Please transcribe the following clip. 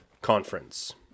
Conference